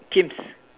Kim's